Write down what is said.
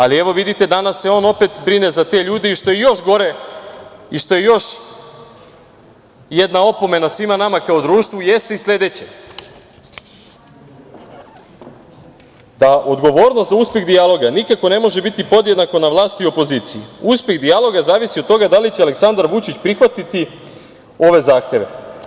Ali, evo, vidite, danas se on opet brine za te ljude i, što je još gore, što je još jedna opomena svima nama kao društvu, jeste i sledeće - da odgovornost za uspeh dijaloga nikako ne može biti podjednako na vlasti i opoziciji, uspeh dijaloga zavisi od toga da li će Aleksandar Vučić prihvatiti ove zahteve.